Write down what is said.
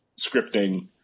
scripting